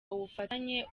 ubufatanye